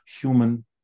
human